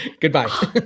Goodbye